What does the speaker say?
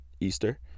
Easter